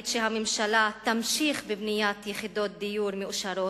שהממשלה תמשיך בבניית יחידות דיור מאושרות,